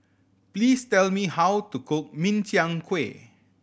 please tell me how to cook Min Chiang Kueh